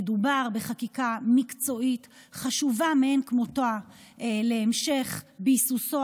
מדובר בחקיקה מקצועית וחשובה מאין כמותה להמשך ביסוסו